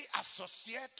associate